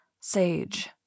Sage